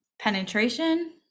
penetration